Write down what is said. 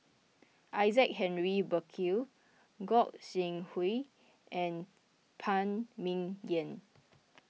Isaac Henry Burkill Gog Sing Hooi and Phan Ming Yen